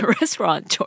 Restaurant